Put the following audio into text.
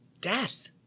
Death